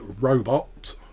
robot